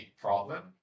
problem